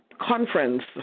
conference